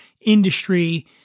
industry